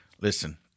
Listen